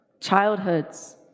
childhoods